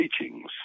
Teachings